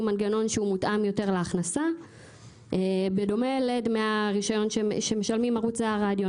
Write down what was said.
מנגנון שהוא מותאם יותר להכנסה בדומה לדמי הרישיון שמשלמים ערוצי הרדיו.